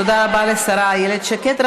תודה רבה לשרה איילת שקד.